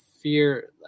fear